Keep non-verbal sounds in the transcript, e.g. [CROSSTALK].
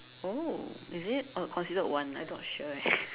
oh is it uh considered one I not sure leh [BREATH]